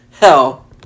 Hell